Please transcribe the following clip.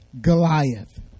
Goliath